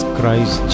Christ